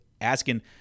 asking